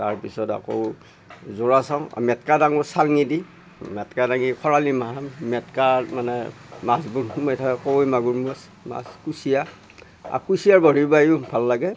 তাৰ পিছত আকৌ জোৰা চাওঁ মেটেকা দাঙো চাঙি দি মেটেকা দাঙি খৰালি মাহ মেটেকাত মানে মাছবোৰ সোমাই থাকে কাৱৈ মাগুৰ মাছ মাছ কুচিয়া আৰু কুচিয়া বৰশী বাইও ভাল লাগে